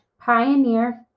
pioneer